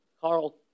Carl